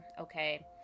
okay